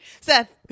Seth